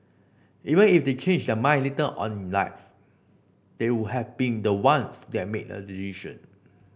even if they change their mind later on in life they would have been the ones that made the decision